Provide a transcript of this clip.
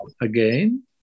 again